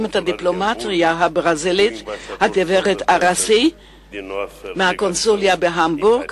את הדיפלומטיה הברזילאית: הגברת ארסי מהקונסוליה בהמבורג